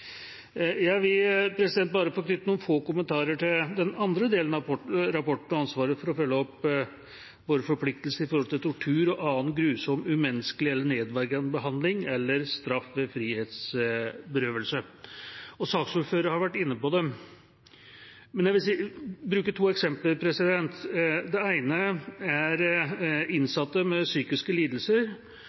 Jeg vil knytte noen få kommentarer til den andre delen av rapporten og ansvaret for å følge opp våre forpliktelser med tanke på tortur og annen grusom, umenneskelig eller nedverdigende behandling eller straff ved frihetsberøvelse. Saksordføreren var også inne på dette. Jeg vil bruke to eksempler. Det ene er innsatte med psykiske lidelser